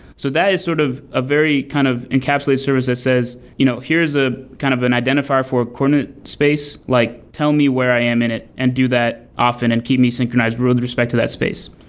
so that is sort of a very kind of encapsulated service that says, you know here's a kind of an identifier for coordinate space. like tell me where i am in it and do that often and keep me synchronized with respect to that space.